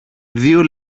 δυο